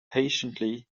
patiently